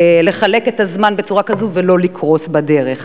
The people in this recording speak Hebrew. לחלק את הזמן בצורה כזאת ולא לקרוס בדרך.